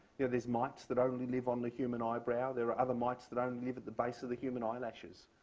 yeah there's mites that only live on the human eyebrow. there are other mites that only live at the base of the human eyelashes.